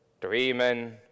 dreaming